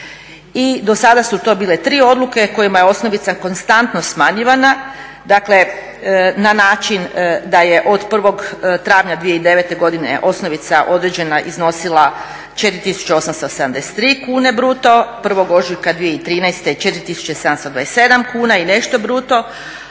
I do sada su to bile tri odluke kojima je osnovica konstantno smanjivana. Dakle na način da je od 1. travnja 2009. godine osnovica određena iznosila 4 tisuće 873 kune bruto, 1. ožujka 2013. 4 tisuće 727 kuna i nešto bruto